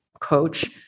coach